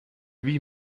lui